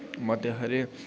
मते हारे